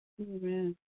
Amen